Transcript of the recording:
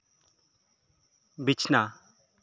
ᱵᱤᱪᱷᱱᱟ